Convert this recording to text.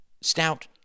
stout